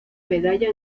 medalla